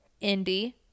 Indy